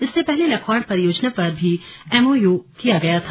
इससे पहले लखवाड़ परियोजना पर भी एमओयू किया गया था